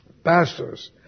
Pastors